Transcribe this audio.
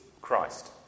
Christ